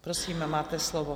Prosím, máte slovo.